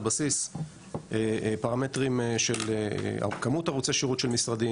על בסיס פרמטרים של כמות ערוצי שירות של משרדים